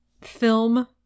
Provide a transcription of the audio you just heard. film